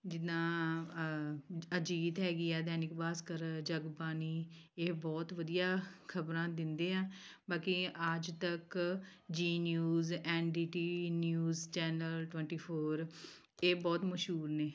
ਜਿੱਦਾਂ ਅਜੀਤ ਹੈਗੀ ਆ ਦੈਨਿਕ ਭਾਸਕਰ ਜਗਬਾਣੀ ਇਹ ਬਹੁਤ ਵਧੀਆ ਖ਼ਬਰਾਂ ਦਿੰਦੇ ਆ ਬਾਕੀ Aaj Tak Zee news N D T V news channel twenty four ਇਹ ਬਹੁਤ ਮਸ਼ਹੂਰ ਨੇ